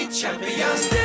champions